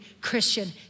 Christian